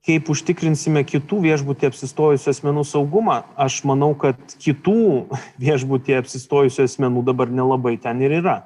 kaip užtikrinsime kitų viešbutyje apsistojusių asmenų saugumą aš manau kad kitų viešbutyje apsistojusių asmenų dabar nelabai ten ir yra